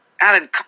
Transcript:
Alan